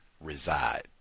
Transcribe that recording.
reside